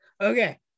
Okay